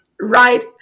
right